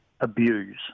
abuse